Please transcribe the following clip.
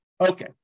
Okay